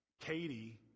Katie